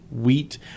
wheat